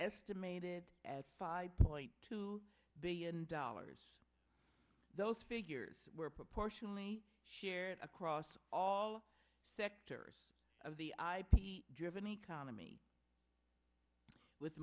estimated at five point two billion dollars those figures were proportionally shared across all sectors of the ip driven economy with